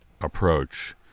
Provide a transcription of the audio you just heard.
approach